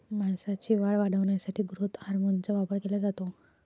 मांसाची वाढ वाढवण्यासाठी ग्रोथ हार्मोनचा वापर केला जातो